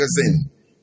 magazine